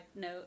note